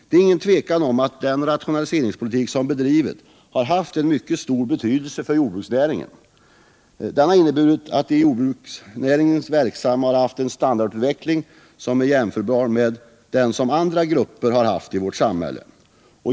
Det är ingen tvekan om att den rationaliseringspolitik som bedrivits har haft mycket stor betydelse för att i jordbruksnäringen verksamma fått en standardutveckling som är jämförbar med den som andra grupper haft i vårt samhälle.